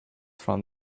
from